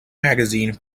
magazine